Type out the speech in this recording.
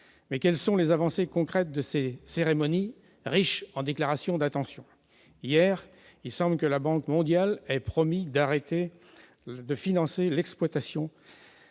quelles sont les avancées concrètes de ces cérémonies riches en déclarations d'intention ? Il semble que la Banque mondiale ait promis hier d'arrêter de financer l'exploitation